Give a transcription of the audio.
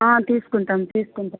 తీసుకుంటాం తీసుకుంటాం